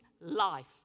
life